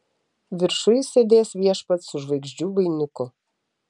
viršuj sėdės viešpats su žvaigždžių vainiku